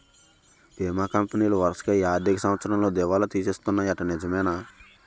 బీమా కంపెనీలు వరసగా ఈ ఆర్థిక సంవత్సరంలో దివాల తీసేస్తన్నాయ్యట నిజమేనా